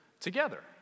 together